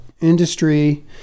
industry